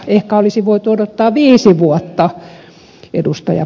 ehkä olisi voitu odottaa viisi vuotta ed